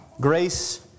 Grace